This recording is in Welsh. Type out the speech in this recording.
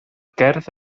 gerdd